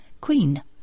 Queen